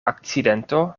akcidento